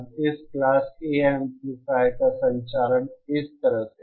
अब इस class A amplifier का संचालन इस तरह से है